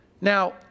Now